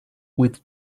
with